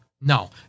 No